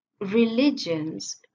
Religions